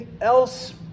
else